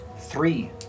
three